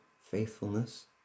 faithfulness